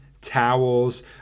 towels